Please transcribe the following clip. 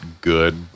good